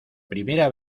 primera